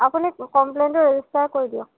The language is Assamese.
আপুনি কমপ্লেনটো ৰেজিষ্টাৰ কৰি দিয়ক